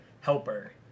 helper